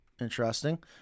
Interesting